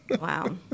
Wow